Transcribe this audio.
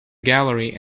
gallery